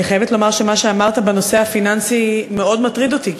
אני חייבת לומר שמה שאמרת בנושא הפיננסי מאוד מטריד אותי,